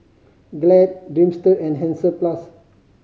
Glad Dreamster and Hansaplast